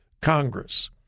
Congress